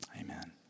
amen